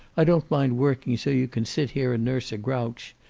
i don't mind working so you can sit here and nurse a grouch,